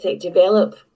develop